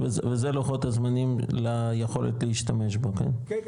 וזה לוחות הזמנים ליכולת להשתמש בו כן?